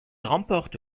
remporte